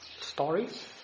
stories